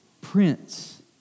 Prince